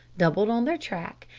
doubled on their track,